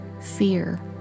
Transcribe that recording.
fear